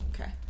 Okay